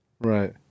Right